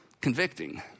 Convicting